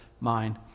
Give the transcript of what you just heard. mind